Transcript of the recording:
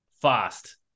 fast